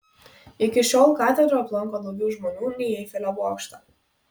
iki šiol katedrą aplanko daugiau žmonių nei eifelio bokštą